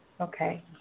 Okay